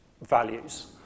values